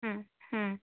হুম হুম